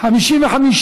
לסעיף 3 לא נתקבלה.